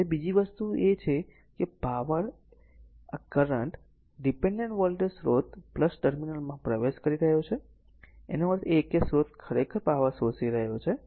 હવે બીજી વસ્તુ એ છે કે આ કરંટ ડીપેનડેન્ટ વોલ્ટેજ સ્રોત ટર્મિનલમાં પ્રવેશ કરી રહ્યો છે તેનો અર્થ એ છે કે આ સ્ત્રોત ખરેખર પાવર શોષી લે છે